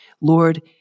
Lord